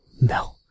No